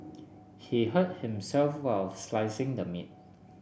he hurt himself while slicing the meat